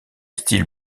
style